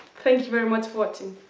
thank you very much for watching